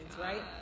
right